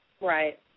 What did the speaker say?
Right